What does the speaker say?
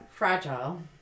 Fragile